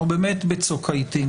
אנחנו באמת בצוק העיתים,